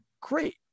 great